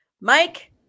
mike